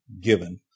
given